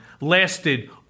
lasted